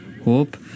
hope